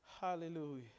hallelujah